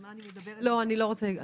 אני לא חושבת